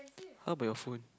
how about your phone